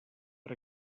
per